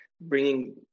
bringing